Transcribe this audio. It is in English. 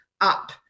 up